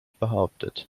behauptet